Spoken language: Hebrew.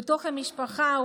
בתוך המשפחה,